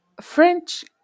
French